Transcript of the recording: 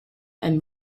and